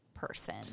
person